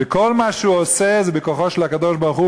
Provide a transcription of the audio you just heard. וכל מה שהוא עושה זה בכוחו של הקדוש-ברוך-הוא.